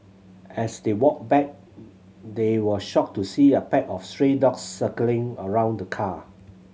as they walked back they were shocked to see a pack of stray dogs circling around the car